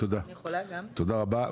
תודה רבה.